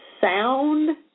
sound